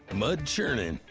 mud-churning,